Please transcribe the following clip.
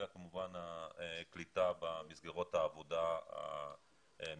וכמובן הקליטה במסגרות העבודה המקצועיות.